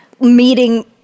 meeting